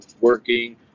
working